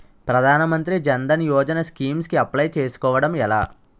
ప్రధాన మంత్రి జన్ ధన్ యోజన స్కీమ్స్ కి అప్లయ్ చేసుకోవడం ఎలా?